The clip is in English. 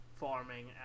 farming